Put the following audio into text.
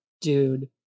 dude